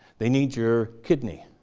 they need your kidney,